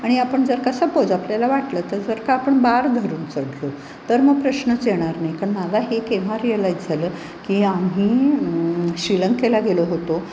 आणि आपण जर का सपोज आपल्याला वाटलं तर जर का आपण बार धरून चढलो तर मग प्रश्नच येणार नाही पण मला हे केव्हा रिअलाइज झालं की आम्ही श्रीलंकेला गेलो होतो